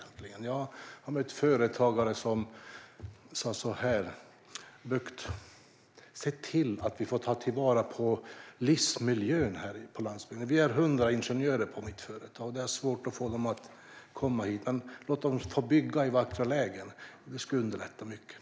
Jag har mött företagare som har sagt så här: "Bucht, se till att vi får ta vara på livsmiljön här på landsbygden. Vi är 100 ingenjörer på mitt företag. Det är svårt att få dem att komma hit, men låt dem få bygga i vackra lägen. Det skulle underlätta mycket."